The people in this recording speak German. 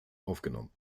aufgenommen